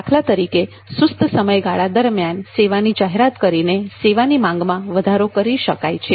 દાખલા તરીકે સુસ્ત સમયગાળા દરમિયાન સેવાની જાહેરાત કરીને સેવાની માંગમાં વધારો કરી શકાય છે